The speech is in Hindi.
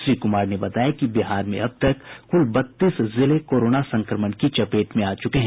श्री कुमार ने बताया कि बिहार में अब तक कुल बत्तीस जिले कोरोना संक्रमण की चपेट में आ चुके हैं